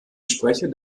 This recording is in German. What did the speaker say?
sprecher